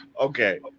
Okay